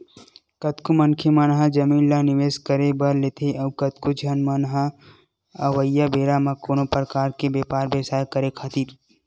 कतको मनखे मन ह जमीन ल निवेस करे बर लेथे अउ कतको झन मन ह अवइया बेरा म कोनो परकार के बेपार बेवसाय करे खातिर